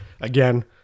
Again